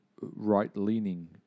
Right-leaning